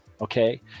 Okay